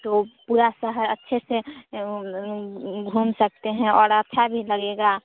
तो पूरा शहर अच्छे से घूम सकते हैं और अच्छा भी लगेगा